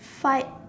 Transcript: fight